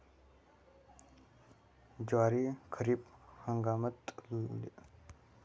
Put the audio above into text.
ज्वारी खरीप हंगामात लावता येते का?